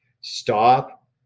stop